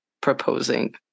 proposing